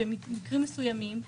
ובמקרים מסוימים,